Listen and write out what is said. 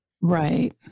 Right